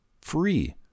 free